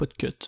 Podcut